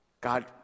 God